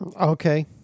Okay